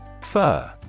Fur